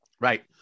right